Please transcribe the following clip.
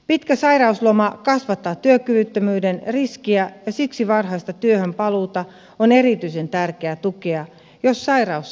pitkä sairausloma kasvattaa työkyvyttömyyden riskiä ja siksi varhaista työhönpaluuta on erityisen tärkeää tukea jos sairaus sen vain sallii